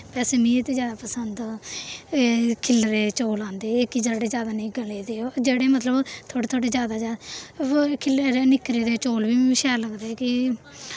वैसे मी ते जैदा पसंद एह् खिल्लरे दे चौल औंदे कि जेह्ड़े जैदा नेईं गले दे हो जेह्ड़े मतलब थोह्ड़े थोह्ड़े जैदा जा व खिल्लरे दे निक्खरे दे चौल बी मी शैल लगदे कि